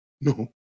No